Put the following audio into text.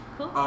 Cool